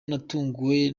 natunguwe